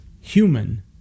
human